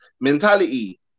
mentality